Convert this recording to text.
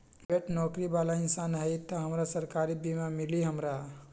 Private नौकरी बाला इंसान हई त हमरा सरकारी बीमा मिली हमरा?